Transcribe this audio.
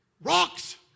Rocks